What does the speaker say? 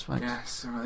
yes